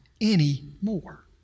anymore